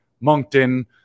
Moncton